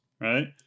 right